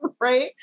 Right